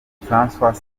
françois